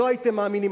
לא הייתם מאמינים,